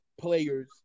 players